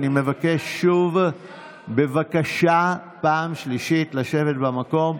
אני מבקש שוב, בבקשה, בפעם השלישית, לשבת במקום.